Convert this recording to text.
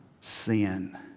sin